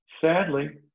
sadly